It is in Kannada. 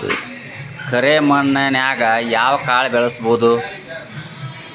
ಕರೆ ಮಣ್ಣನ್ಯಾಗ್ ಯಾವ ಕಾಳ ಬೆಳ್ಸಬೋದು?